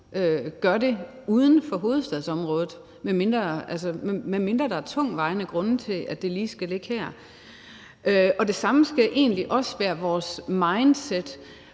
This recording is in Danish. gør det uden for hovedstadsområdet, medmindre der er tungtvejende grunde til, at det lige skal ligge her. Det samme skal egentlig også være vores mindset,